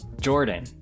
Jordan